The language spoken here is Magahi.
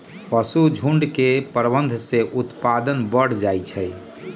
पशुझुण्ड के प्रबंधन से उत्पादन बढ़ जाइ छइ